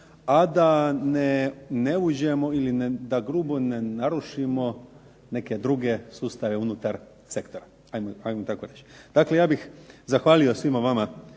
a ne uđemo ili da grubo ne narušimo neke druge sustave unutar sektora, ajmo tako reći. Dakle, ja bih zahvalio svima vama